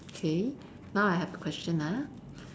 K now I have a question ah